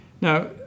now